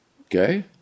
Okay